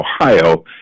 Ohio